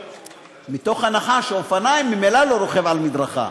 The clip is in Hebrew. מתוך הנחה שעל אופניים ממילא לא רוכבים על מדרכה.